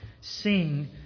Sing